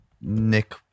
Nick